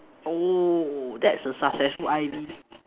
oh that's a successful I_V